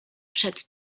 przed